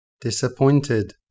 Disappointed